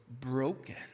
broken